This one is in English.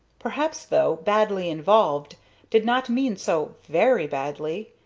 perhaps, though, badly involved did not mean so very badly,